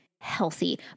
healthy